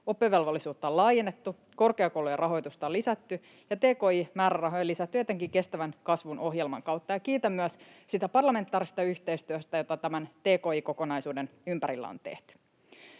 oppivelvollisuutta on laajennettu, korkeakoulujen rahoitusta on lisätty, ja tki-määrärahoja on lisätty etenkin kestävän kasvun ohjelman kautta. Kiitän myös siitä parlamentaarisesta yhteistyöstä, jota tämän tki-kokonaisuuden ympärillä on tehty.